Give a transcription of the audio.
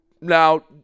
Now